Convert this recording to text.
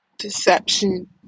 Deception